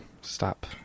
stop